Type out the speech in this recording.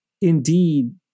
indeed